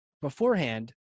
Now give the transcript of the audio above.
beforehand